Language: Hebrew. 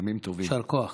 יישר כוח.